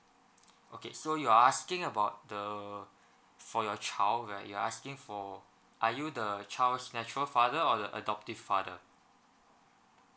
okay so you're asking about the for your child right you asking for are you the child's natural father or the adoptive father